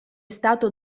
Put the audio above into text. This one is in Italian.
stato